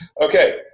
Okay